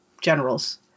generals